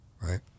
right